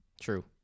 True